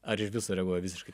ar iš viso reaguoja visiškai